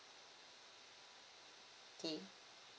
okay